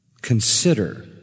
Consider